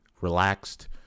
relaxed